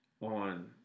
on